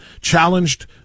challenged